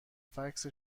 فکس